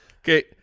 okay